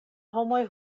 homoj